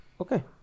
okay